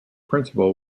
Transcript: principal